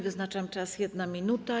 Wyznaczam czas - 1 minuta.